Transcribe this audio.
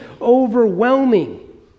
overwhelming